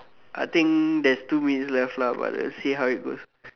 I think there's two minutes left lah but let's see how it goes